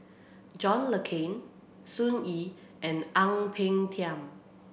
John Le Cain Sun Yee and Ang Peng Tiam